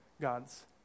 gods